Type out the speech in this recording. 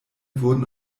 wurden